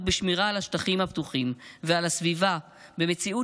לחקלאות בשמירה על השטחים הפתוחים ועל הסביבה במציאות